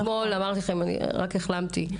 אמרתי לכם, רק אתמול החלמתי.